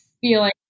feeling